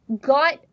got